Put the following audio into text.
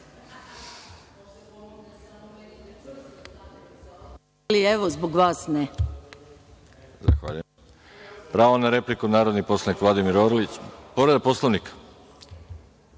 Evo, zbog vas ne.